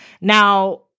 Now